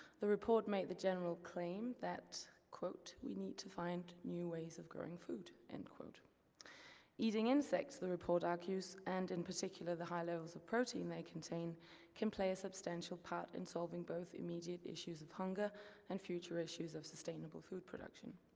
the report made the general claim that, we need to find new ways of growing food. and eating insects, the report argues, and in particular the high levels of protein they contain can play a substantial part in solving both immediate issues of hunger and future issues of sustainable food production.